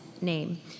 name